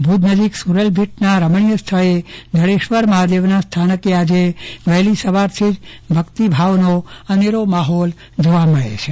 ભુજ નજીક સુરલભીટના રમણીય સ્થળે જડેશ્વર મહાદેવના સ્થાનકે આજેવહેલી સવારથી જ ભક્તિભાવનો અનેરો માહોલ જોવા મળે છે